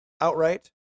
outright